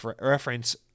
reference